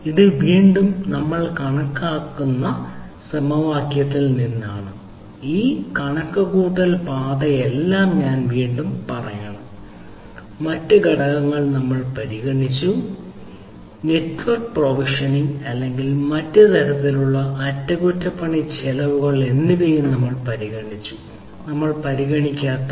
ഇത് വീണ്ടും നമ്മൾ കണക്കാക്കുന്ന സമവാക്യത്തിൽ നിന്നാണ് ഈ കണക്കുകൂട്ടൽ പാതയെല്ലാം ഞാൻ വീണ്ടും പറയണം മറ്റ് ഘടകങ്ങൾ നമ്മൾ പരിഗണിച്ചു നെറ്റ്വർക്ക് പ്രൊവിഷനിംഗ് അല്ലെങ്കിൽ മറ്റ് തരത്തിലുള്ള അറ്റകുറ്റപ്പണി ചെലവുകൾ എന്നിവയും നമ്മൾ പരിഗണിച്ചു നമ്മളെ പരിഗണിക്കാത്തവ